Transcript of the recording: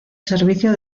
servicio